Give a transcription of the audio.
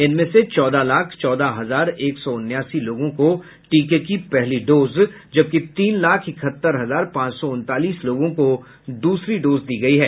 इनमें से चौदह लाख चौदह हजार एक सौ उनासी लोगों को टीके की पहली डोज जबकि तीन लाख इकहत्तर हजार पांच सौ उनतालीस लोगों को द्रसरी डोज दी गयी है